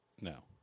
No